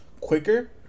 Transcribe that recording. quicker